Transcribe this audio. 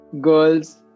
girls